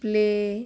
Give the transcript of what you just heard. play